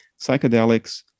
Psychedelics